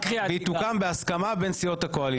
והיא תוקם בהסכמה בין סיעות הקואליציה.